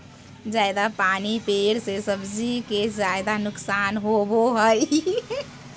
जयादा पानी पड़े से सब्जी के ज्यादा नुकसान होबो हइ